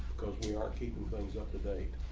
because we are keeping things up to date.